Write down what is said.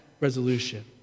resolution